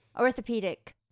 orthopedic